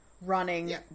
running